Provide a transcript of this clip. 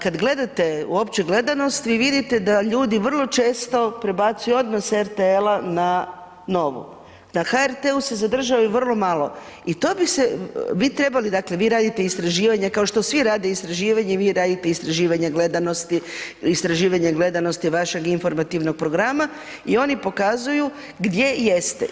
Kada gledate uopće gledanost vi vidite da ljudi vrlo često prebacuju odmah sa RTL-a na Novu, na HRT-u se zadrži vrlo malo i to bi se, dakle vi radite istraživanja kao što svi rade istraživanja i vi radite istraživanja gledanosti, istraživanje gledanosti vašeg informativnog programa i oni pokazuju gdje jeste.